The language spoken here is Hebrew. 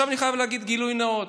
אני חייב להגיד גילוי נאות,